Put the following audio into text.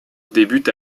débute